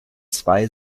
zwei